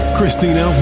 Christina